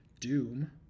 Doom